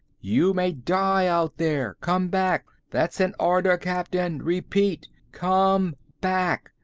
you may die out there. come back. that's an order, captain. repeat come back.